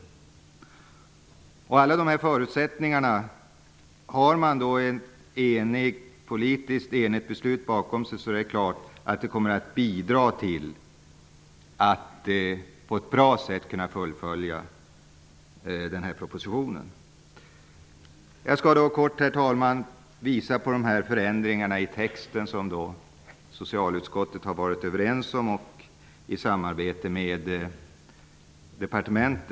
Om det bakom alla dessa förutsättningar finns ett politiskt enhälligt beslut kommer det självklart att bidra till att det blir möjligt att på ett bra sätt fullfölja propositionen. Jag skall sedan kort, herr talman, visa på förändringarna i den text som man i socialutskottet har varit överens om -- och det här har skett i samarbete med Socialdepartementet.